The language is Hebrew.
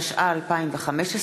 התשע"ה 2015,